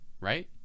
right